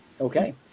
Okay